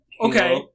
Okay